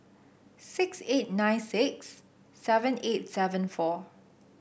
six eight nine six seven eight seven four